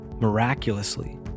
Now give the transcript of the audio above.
Miraculously